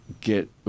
get